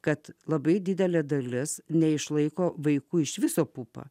kad labai didelė dalis neišlaiko vaikų iš viso pupa